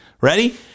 Ready